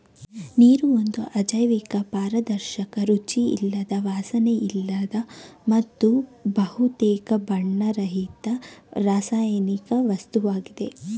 ನೀರು ಒಂದು ಅಜೈವಿಕ ಪಾರದರ್ಶಕ ರುಚಿಯಿಲ್ಲದ ವಾಸನೆಯಿಲ್ಲದ ಮತ್ತು ಬಹುತೇಕ ಬಣ್ಣರಹಿತ ರಾಸಾಯನಿಕ ವಸ್ತುವಾಗಿದೆ